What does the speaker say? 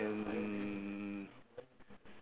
!aiya! looks very unstable to me man